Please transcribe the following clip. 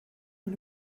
man